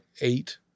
eight